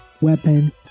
weapon